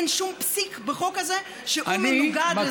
אין שום פסיק בחוק הזה שהוא מנוגד לזה.